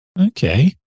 Okay